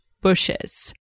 bushes